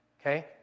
Okay